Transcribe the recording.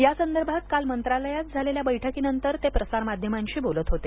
यासंदर्भात काल मंत्रालयात झालेल्या बैठकीनंतर ते प्रसार माध्यमांशी बोलत होते